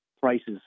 prices